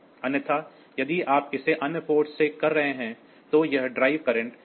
अन्यथा यदि आप इसे अन्य पोर्ट से कर रहे हैं तो यह ड्राइव करंट सीमित है